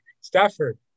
Stafford